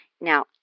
Now